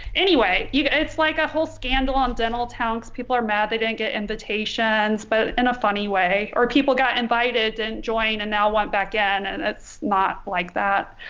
anyway yeah it's like a whole scandal on dental towns people are mad they didn't get invitations but in a funny way or people got invited and joining and now went back in and it's not like that.